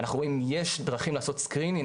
אנחנו רואים שיש דרכים לעשות 'סקריניניג',